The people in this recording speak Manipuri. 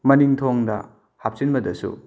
ꯃꯅꯤꯡ ꯊꯣꯡꯗ ꯍꯥꯞꯆꯤꯟꯕꯗꯁꯨ